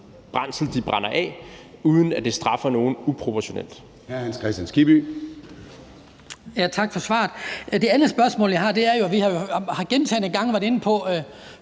brændsel de brænder af, uden at de straffer nogen uproportionalt.